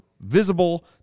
visible